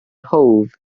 hove